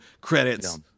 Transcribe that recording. Credits